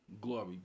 Glory